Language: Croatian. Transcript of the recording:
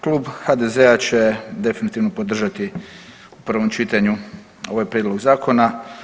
Klub HDZ-a će definitivno podržati u prvom čitanju ovaj prijedlog zakona.